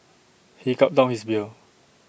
he gulped down his beer